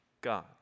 God